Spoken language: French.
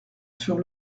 sur